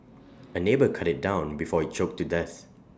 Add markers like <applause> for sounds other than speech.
<noise> A neighbour cut IT down before IT choked to death